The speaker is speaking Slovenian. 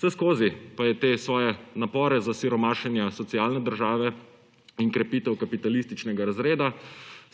Vseskozi pa je te svoje napore za siromašenja socialne države in krepitev kapitalističnega razreda